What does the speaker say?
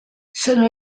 sono